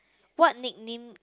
what nickname